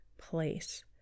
place